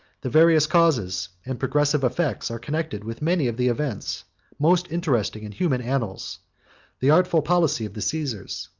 the various causes and progressive effects are connected with many of the events most interesting in human annals the artful policy of the caesars,